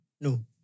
No